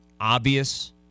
obvious